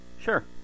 Sure